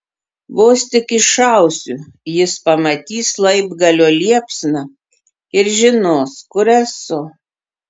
vos tik iššausiu jis pamatys laibgalio liepsną ir žinos kur esu